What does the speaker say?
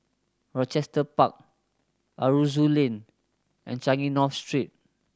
Rochester Park Aroozoo Lane and Changi North Street